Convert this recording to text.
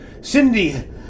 Cindy